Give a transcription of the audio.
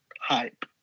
hype